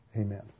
Amen